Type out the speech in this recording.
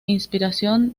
inspiración